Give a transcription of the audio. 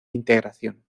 integración